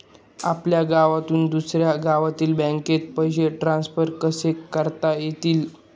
आपल्या गावातून दुसऱ्या गावातील बँकेत पैसे ट्रान्सफर कसे करता येतील?